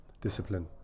discipline